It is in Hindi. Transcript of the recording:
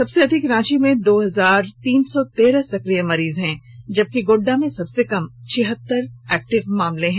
सबसे अधिक रांची में दो हजार तीन सौ तेरह सक्रिय मरीज हैं जबकि गोड्डा में सबसे कम छिहत्तर एक्टिव मामले हैं